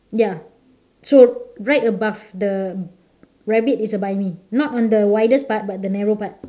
ya so right above the rabbit is a buy me not on the widest part but the narrow part